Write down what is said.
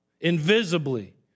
invisibly